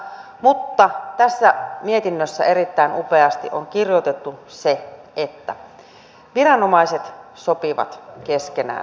mutta tässä mietinnössä erittäin upeasti on kirjoitettu se että viranomaiset sopivat keskenään asioista